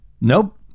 Nope